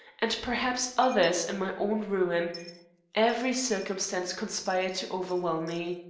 and perhaps others, in my own ruin every circumstance conspired to overwhelm me.